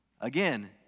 Again